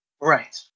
Right